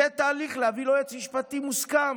יהיה תהליך להביא לו יועץ משפטי מוסכם.